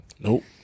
Nope